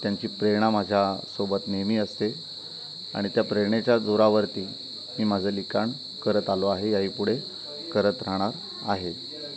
त्यांची प्रेरणा माझ्यासोबत नेहमी असते आणि त्या प्रेरणेच्या जोरावरती मी माझं लिखाण करत आलो आहे याही पुढे करत राहणार आहे